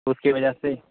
اس کی وجہ سے